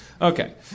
Okay